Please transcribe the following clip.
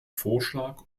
vorschlag